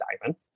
diamond